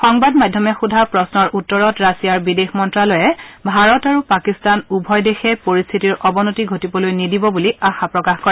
সংবাদ মাধ্যমে সোধা প্ৰশ্নৰ উত্তৰত ৰাছিয়াৰ বিদেশ মন্ত্যালয়ে ভাৰত আৰু পাকিস্তান উভয় দেশে পৰিস্থিতিৰ অৱনতি ঘটিবলৈ নিদিব বুলি আশা প্ৰকাশ কৰে